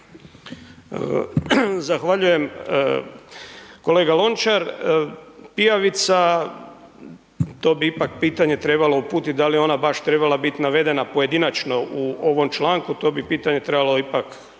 Zahvaljujem kolega Lončar, pijavica, to bi ipak pitanje trebalo uputit da li je ona baš trebala biti navedena pojedinačno u ovom članku, to bi pitanje trebalo ipak,